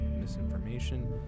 misinformation